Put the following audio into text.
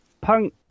punk